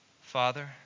Father